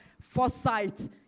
foresight